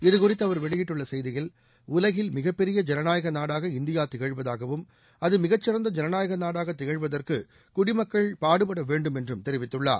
இது குறித்துஅவர் வெளியிட்டுள்ள செய்தியில் உலகில் மிகப் பெரிய ஜனநாயக நாடாக இந்தியா திகழ்வதாகவும் அது மிகச் சிறந்த ஜனநாயக நாடாக திகழ்வதற்கு குடிமக்கள் பாடுபட வேண்டும் என்றும் தெரிவித்துள்ளார்